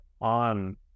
on